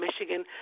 Michigan